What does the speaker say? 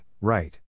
right